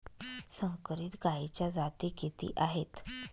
संकरित गायीच्या जाती किती आहेत?